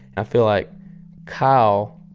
i feel like kyle,